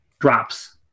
drops